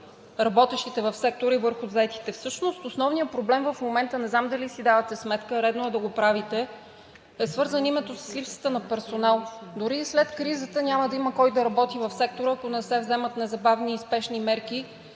работещите в сектора и върху заетите. Основният проблем в момента, не знам дали си давате сметка, редно е да го правите, е свързано именно с липсата на персонал. Дори и след кризата няма да има кой да работи в сектора, ако не се вземат незабавни и спешни мерки